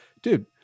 Dude